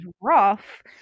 rough